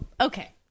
okay